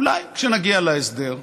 אולי כשנגיע להסדר.